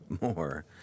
more